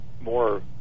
more